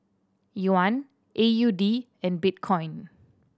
Yuan A U D and Bitcoin